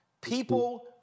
People